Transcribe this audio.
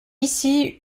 ici